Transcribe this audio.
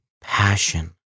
passion